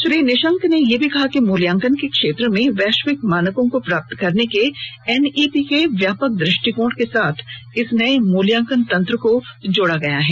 श्री निशंक ने यह भी कहा कि मूल्यांकन के क्षेत्र में वैश्विक मानकों को प्राप्त करने के एनईपी के व्यापक दृष्टिकोण के साथ इस नए मूल्यांकन तंत्र को जोड़ा गया है